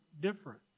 different